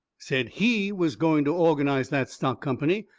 said he was going to organize that stock company,